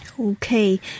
Okay